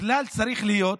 הכלל צריך להיות: